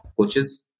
coaches